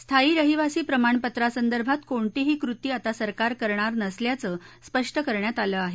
स्थायी रहिवासी प्रमाणपत्रासंदर्भात कोणतीही कृती आता सरकार करणार नसल्याचं स्पष्ट करण्यात आलं आहे